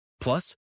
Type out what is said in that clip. Plus